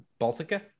baltica